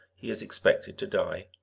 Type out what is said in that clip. he is expected to die.